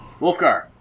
Wolfgar